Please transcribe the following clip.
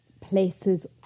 places